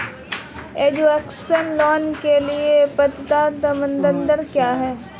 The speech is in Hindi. एजुकेशन लोंन के लिए पात्रता मानदंड क्या है?